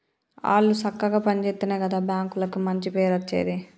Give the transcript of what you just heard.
ఆళ్లు సక్కగ పని జేత్తెనే గదా బాంకులకు మంచి పేరచ్చేది